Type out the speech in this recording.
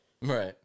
Right